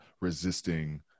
resisting